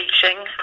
teaching